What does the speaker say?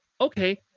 Okay